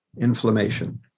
inflammation